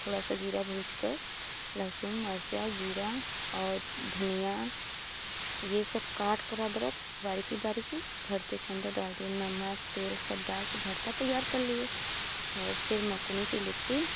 थोड़ा सा जीरा भूजकर लहसुन मरचा जीरा और धनिया ये सब काटकर अदरक बारीकी बारीकी भरते के अंदर डाल दिए नमक तेल सब डाल के भरता तैयार कर लिए और फिर मकुनी की लिट्टी